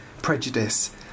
Prejudice